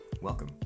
welcome